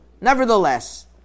Nevertheless